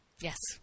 Yes